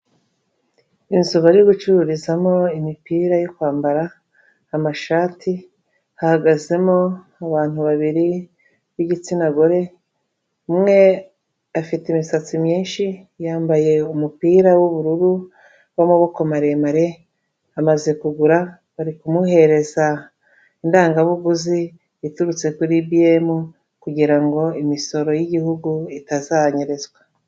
Inzu bari gucururizamo imipira yo kwambara, amashati hahagazemo abantu babiri b'igitsina gore umwe afite imisatsi myinshi yambaye umupira w'ubururu w'amaboko maremare amaze kugura bari kumuhereza indangabuguzi iturutse kuri ibiyemu kugira ngo imisoro y'igihugu itazanyerezwa.